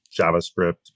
JavaScript